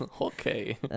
Okay